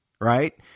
right